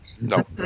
No